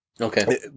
Okay